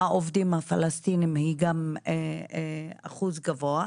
העובדים הפלסטינים הוא גם אחוז גבוה,